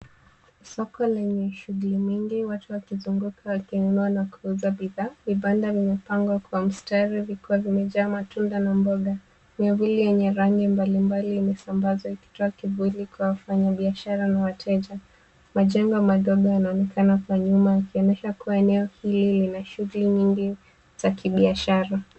Soko lenye shuguli mingi watu wakizunguka wakinuna na kuuza bidhaa. Vibanda vimepangwa kwa mstari vikiwa vimejaa matunda na mboga. Miavuli yenye rangi mbalimbali imesambazwa ikitoa kivuli kwa wafanyibiashara na wateja. Majengo madogo yanaonekana kwa nyuma ikionyesha kuwa eneo hili lina shuguli nyingi za kibiashara.